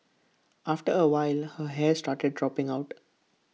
after A while her hair started dropping out